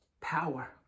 power